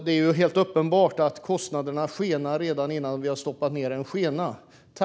Det är helt uppenbart att kostnaderna skenar redan innan vi har lagt ned en skena.